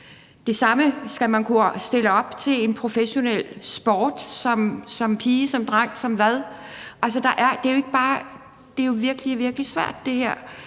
Og skal man kunne stille op til en professionel sport som pige, som dreng – som hvad? Altså, det her